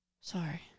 Sorry